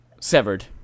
Severed